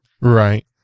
Right